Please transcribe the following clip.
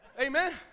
Amen